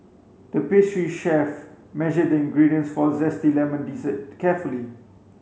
the pastry chef measured the ingredients for a zesty lemon dessert carefully